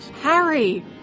Harry